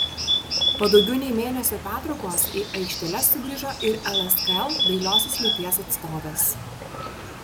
po daugiau nei mėnesio pertraukos į aikšteles sugrįžo ir lskl dailiosios lyties atstovės